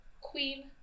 queen